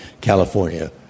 California